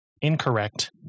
incorrect